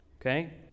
okay